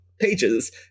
pages